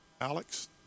Alex